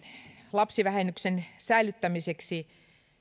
lapsivähennyksen säilyttämiseksi